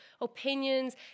opinions